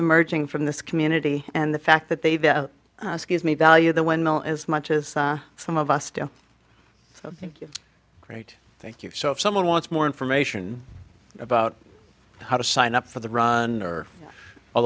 emerging from this community and the fact that they've scuse me value the windmill as much as some of us do so thank you great thank you so if someone wants more information about how to sign up for the run or all